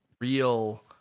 real